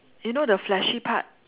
you know the fleshy part